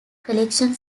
collection